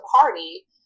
party